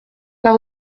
pas